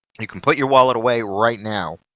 and you can put your wallet away right now.